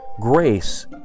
grace